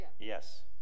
yes